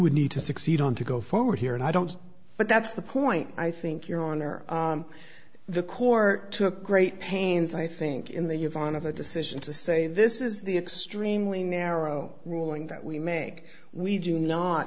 would need to succeed on to go forward here and i don't but that's the point i think your honor the court took great pains i think in the of on of the decision to say this is the extremely narrow ruling that we make we do not